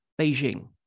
Beijing